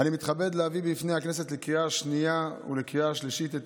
אני מתכבד להביא בפני הכנסת לקריאה השנייה ולקריאה השלישית את